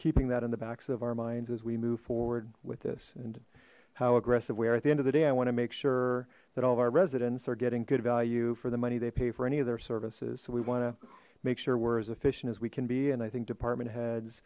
keeping that in the backs of our minds as we move forward with this and how aggressive we are at the end of the day i want to make sure that all of our residents are getting good value for the money they pay for any of their services so we want to make sure we're as efficient as we can be and i think department heads